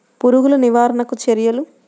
పురుగులు నివారణకు చర్యలు?